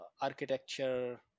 Architecture